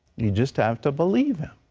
you just have to believe him.